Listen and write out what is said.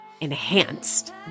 enhanced